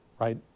right